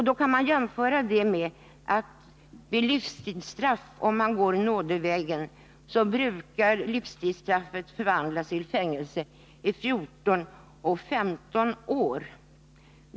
Då kan detta jämföras med att en person vid livstidsstraff, om nådevägen väljs, brukar få livstidsstraffet förvandlat till fängelse 14—15 år.